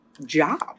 job